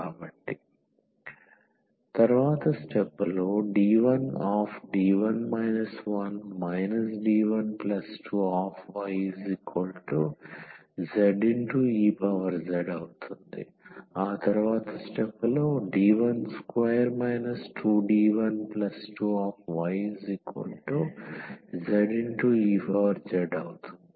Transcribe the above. కాబట్టి D1D1 1 D12yzez D12 2D12yzez అవుతుంది